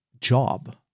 job